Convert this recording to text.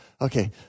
Okay